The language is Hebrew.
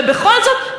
ובכל זאת,